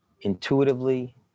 intuitively